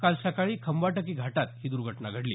काल सकाळी खंबाटकी घाटात ही दर्घटना घडली